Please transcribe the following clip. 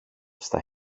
στα